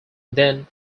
than